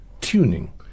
tuning